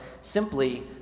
simply